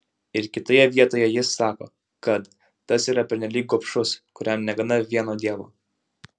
ir kitoje vietoje jis sako kad tas yra pernelyg gobšus kuriam negana vieno dievo